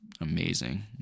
amazing